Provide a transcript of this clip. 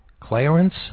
Clarence